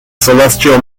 celestial